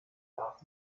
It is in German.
darf